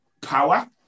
power